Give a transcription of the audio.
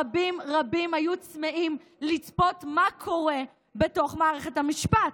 רבים רבים היו צמאים לצפות מה קורה בתוך מערכת המשפט.